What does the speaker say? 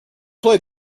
play